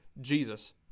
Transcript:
Jesus